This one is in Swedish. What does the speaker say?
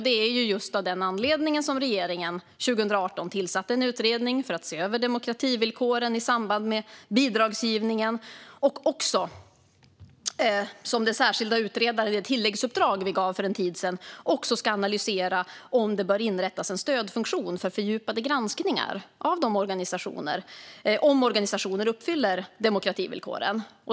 Det är just av den anledningen som regeringen 2018 tillsatte en utredning för att se över demokrativillkoren i samband med bidragsgivningen. Enligt det tilläggsuppdrag vi gav för en tid sedan ska den särskilda utredaren också analysera om det bör inrättas en stödfunktion för fördjupade granskningar av om organisationer uppfyller demokrativillkoren.